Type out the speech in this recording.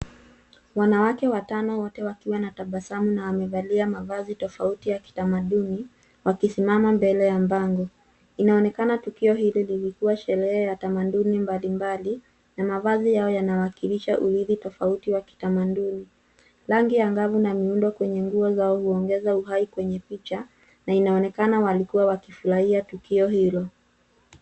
Wanawake watano wote wakiwa na tabasamu na wamevalia mavazi tofauti ya kitamaduni, wakisimama mbele ya bango. Inaonekana tukio hili lilikuwa sherehe ya tamaduni mbalimbali na mavazi yao yanawakilisha urithi tofauti wa kitamaduni. Rangi angavu na miundo kwenye nguo zao huongeza uhai kwenye picha, na inaonekana walikuwa wakifurahia tukio hilo.